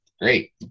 great